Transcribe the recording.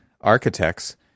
architects